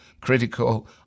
critical